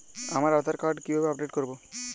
আমার আধার কার্ড কিভাবে আপডেট করব?